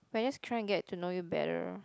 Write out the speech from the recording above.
when I just try and get to know you better